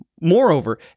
moreover